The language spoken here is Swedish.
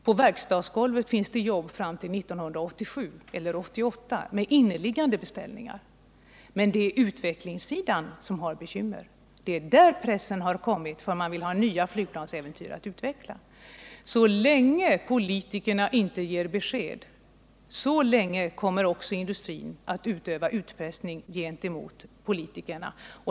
På verkstadsgolvet finns det jobb fram till 1987 eller 1988 med inneliggande beställuingar. Men det är utvecklingssidan som har bekymmer. Det är där pressen har kommit, eftersom man vill ha nya flygplansäventyr att utveckla. Så länge politikerna inte ger besked, så länge kommer också industrin att utöva utpressning gentemot politikerna.